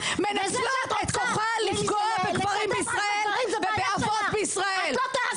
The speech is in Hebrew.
נשים מנצלות את כוחן לפגוע בגברים בישראל ובאבות בישראל,